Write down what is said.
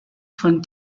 von